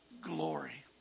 glory